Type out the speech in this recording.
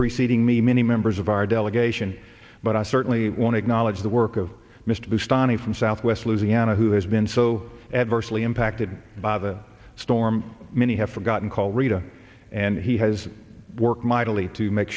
preceding me many members of our delegation but i certainly wanted knowledge the work of mr bustani from southwest louisiana who has been so adversely impacted by the storm many have forgotten call rita and he has worked mightily to make